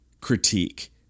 critique